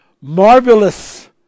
marvelous